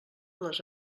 les